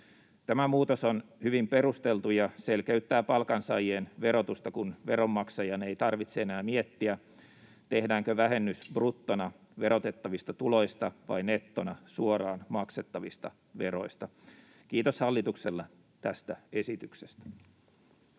Tämä muutos on hyvin perusteltu ja selkeyttää palkansaajien verotusta, kun veronmaksajan ei tarvitse enää miettiä, tehdäänkö vähennys bruttona verotettavista tuloista vai nettona suoraan maksettavista veroista. Kiitos hallitukselle tästä esityksestä.